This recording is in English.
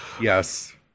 yes